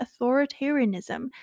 authoritarianism